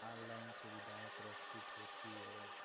online सुविधाएँ प्रस्तुत होती है